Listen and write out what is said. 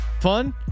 fun